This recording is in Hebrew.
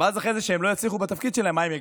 ואחרי שהם לא יצליחו בתפקיד שלהם, מה הם יגידו?